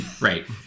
Right